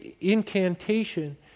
incantation